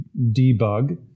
debug